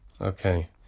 Okay